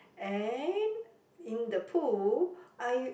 and in the pool I